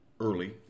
Early